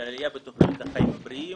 של עלייה בתוחלת החיים הבריאים,